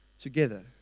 together